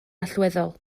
allweddol